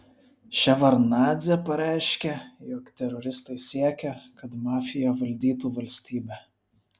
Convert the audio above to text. ševardnadzė pareiškė jog teroristai siekia kad mafija valdytų valstybę